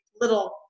Little